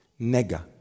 nega